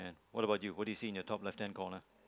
and what about you what do you see in your top left hand corner